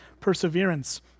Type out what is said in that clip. perseverance